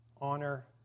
honor